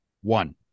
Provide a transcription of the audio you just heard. One